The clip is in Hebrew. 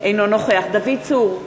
אינו נוכח דוד צור,